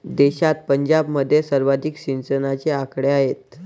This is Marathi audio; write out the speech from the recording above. देशात पंजाबमध्ये सर्वाधिक सिंचनाचे आकडे आहेत